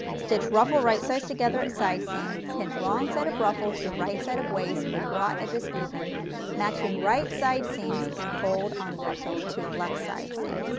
stitch ruffle right sides together at side seam, pin wrong side of ruffle to right side of waist with raw edges even matching right side seams and fold on ruffle to left side seam.